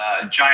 Giant